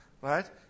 Right